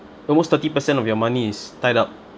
almost thirty percent of your money is tied up